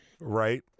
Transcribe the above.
right